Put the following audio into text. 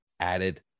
added